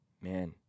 man